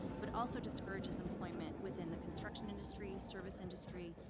but also discourages employment within the construction industry, service industry,